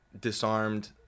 disarmed